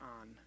on